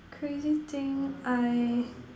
crazy thing I